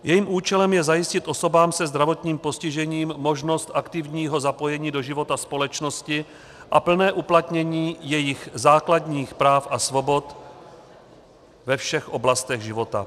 Jejím účelem je zajistit osobám se zdravotním postižením možnost aktivního zapojení do života společnosti a plné uplatnění jejich základních práv a svobod ve všech oblastech života.